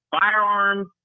Firearms